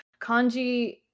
Kanji